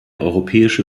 europäische